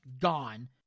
gone